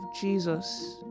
Jesus